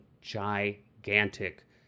gigantic